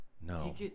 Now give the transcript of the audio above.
No